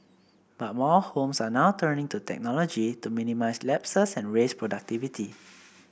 but more homes are now turning to technology to minimise lapses and raise productivity